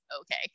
okay